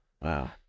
Wow